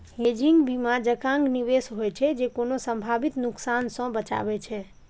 hedging बीमा जकां निवेश होइ छै, जे कोनो संभावित नुकसान सं बचाबै छै